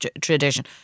tradition